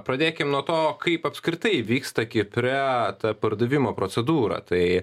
pradėkim nuo to kaip apskritai vyksta kipre ta pardavimo procedūra tai